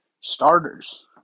Starters